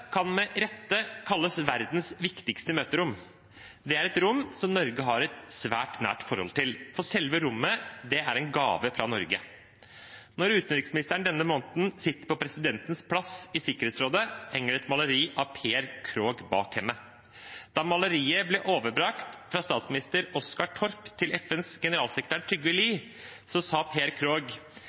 kan med rette kalles verdens viktigste møterom. Det er et rom som Norge har et svært nært forhold til. Selve rommet er en gave fra Norge. Når utenriksministeren denne måneden sitter på presidentens plass i Sikkerhetsrådet, henger det et maleri av Per Krohg bak henne. Da maleriet ble overbrakt av statsminister Oscar Torp til FNs generalsekretær, Trygve Lie, sa Per